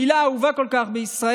המילה האהובה כל כך בישראל,